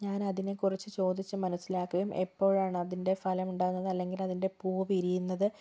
ഞാനതിനെക്കുറിച്ച് ചോദിച്ച് മനസ്സിലാക്കുകയും എപ്പോഴാണ് അതിൻ്റെ ഫലം ഉണ്ടാകുന്നത് അല്ലെങ്കിൽ അതിൻ്റെ പൂ വിരിയുന്നത്